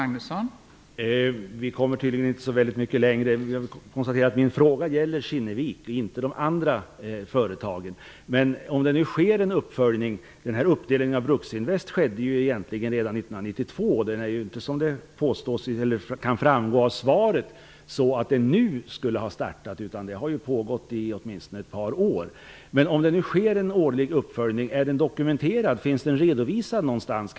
Fru talman! Vi kommer tydligen inte så mycket längre. Min fråga gäller Kinnevik och inte de andra företagen. Uppdelningen av Bruksinvest skedde ju egentligen redan 1992. Den har inte, som kan framgå av svaret, startat nu. Den har ju pågått i åtminstone ett par år. Om det nu sker en årlig uppföljning, är den dokumenterad? Finns den redovisad någonstans?